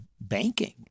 banking